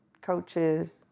coaches